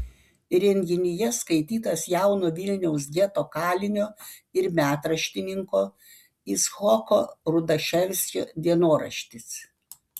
renginyje skaitytas jauno vilniaus geto kalinio ir metraštininko icchoko rudaševskio dienoraštis